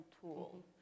tool